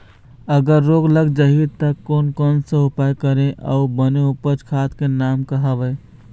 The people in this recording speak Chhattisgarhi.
अगर रोग लग जाही ता कोन कौन सा उपाय करें अउ बने उपज बार खाद के नाम का हवे?